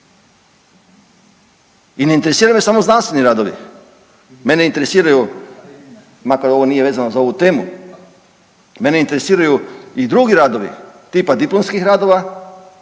I ne interesiraju me samo znanstveni radovi, mene intgeresiraju makar ovo nije vezano za ovu temu. Mene interesiraju i drugi radovi tipa diplomskih radova,